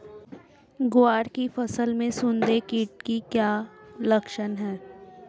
ग्वार की फसल में सुंडी कीट के क्या लक्षण है?